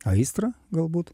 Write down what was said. aistrą galbūt